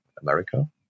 America